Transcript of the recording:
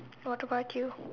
what about you